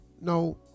no